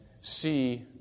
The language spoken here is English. see